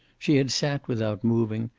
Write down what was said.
she had sat without moving,